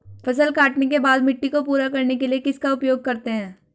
फसल काटने के बाद मिट्टी को पूरा करने के लिए किसका उपयोग करते हैं?